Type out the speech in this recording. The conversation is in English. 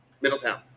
Middletown